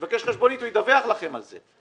אם הוא יבקש חשבונית, הוא ידווח לכם על זה.